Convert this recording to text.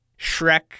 Shrek